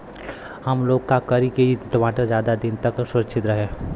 हमलोग का करी की टमाटर ज्यादा दिन तक सुरक्षित रही?